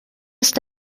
ist